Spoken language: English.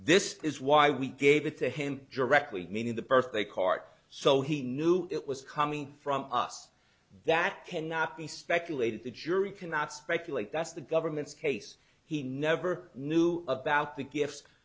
this is why we gave it to him directly meaning the birthday cart so he knew it was coming from us that cannot be speculated the jury cannot speculate that's the government's case he never knew about the gifts